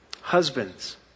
Husbands